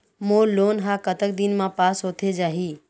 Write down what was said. मोर loan हा कतक दिन मा पास होथे जाही?